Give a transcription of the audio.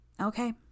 Okay